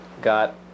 got